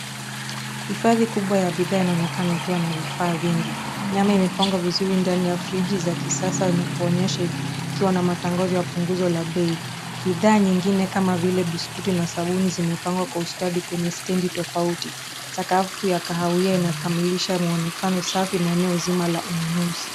Hifadhi kubwa ya bidhaa inaonekana ikiwa na vifaa vingi. Nyama imepangwa vizuri ndani ya friji za kisasa na kuonyesha ikiwa na matangazo ya punguzo la bei. Bidhaa nyingine kama vile biskuti na sabuni zimepangwa kwa ustadi kwenye stendi tofauti. Sakafu ya kahawia inakamilisha muonekano safi na eneo zima la ununuzi.